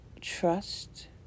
trust